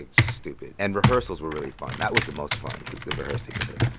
ah stupid. and rehearsals were really fun. that was the most fun, was the rehearsing with her.